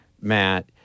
Matt